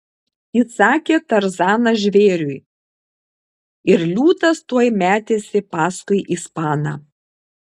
įsakė tarzanas žvėriui ir liūtas tuoj metėsi paskui ispaną